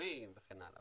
אישורים וכן הלאה.